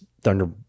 Thunder